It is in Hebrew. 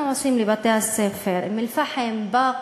קוראים "שטח כבוש" הוא חלק בלתי נפרד